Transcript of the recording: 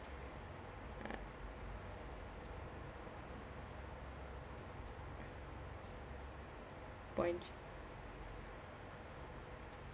point